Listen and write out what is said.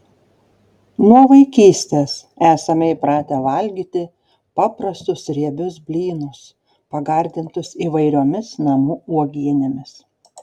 nuo vaikystės esame įpratę valgyti paprastus riebius blynus pagardintus įvairiomis namų uogienėmis